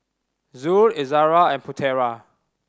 Zul Izara and Putera